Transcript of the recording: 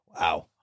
Wow